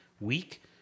week